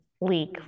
leak